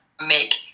make